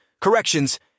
corrections